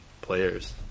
players